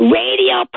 radio